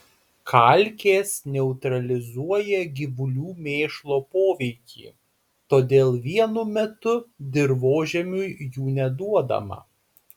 kalkės neutralizuoja gyvulių mėšlo poveikį todėl vienu metu dirvožemiui jų neduodama